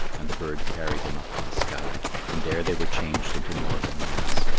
and the bird carried them up to the sky. and there they were changed into northern lights.